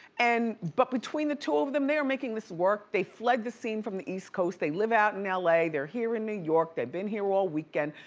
and but between the two of them, they are making this work. they fled the scene from the east coast. they live out in l a, they're here in new york, they've been here all weekend.